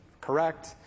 correct